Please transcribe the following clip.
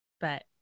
But-